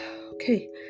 Okay